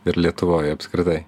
ir lietuvoj apskritai